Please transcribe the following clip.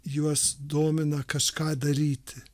juos domina kažką daryti